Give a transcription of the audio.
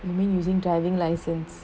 you mean using driving license